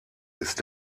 ist